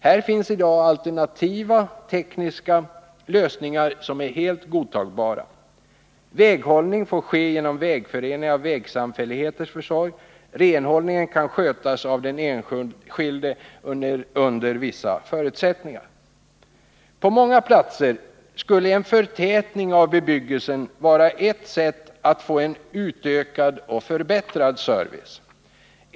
Här finns i dag alternativa tekniska lösningar som är helt godtagbara. Väghållning får ske genom vägföreningars och vägsamfälligheters försorg. Renhållningen kan skötas av den enskilde under vissa förutsättningar. På många platser skulle en förtätning av bebyggelsen vara ett sätt att få en utökad och förbättrad service.